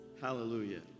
Hallelujah